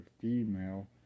female